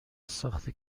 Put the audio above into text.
ساخت